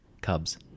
Cubs